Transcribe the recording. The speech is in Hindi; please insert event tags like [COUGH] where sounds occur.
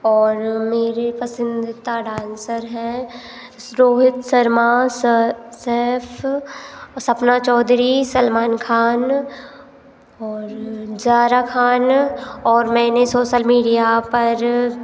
और मेरी पसंद का डांसर है [UNINTELLIGIBLE] रोहित शर्मा स सेफ सपना चौधरी सलमान खान और जारा खान और मैंने सोसल मिडिया पर